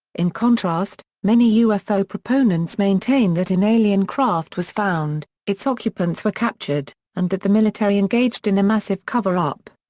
in contrast, many ufo proponents maintain that an alien craft was found, its occupants were captured, and that the military engaged in a massive cover-up.